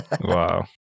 Wow